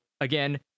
Again